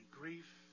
grief